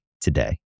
today